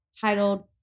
titled